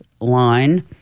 line